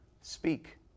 speak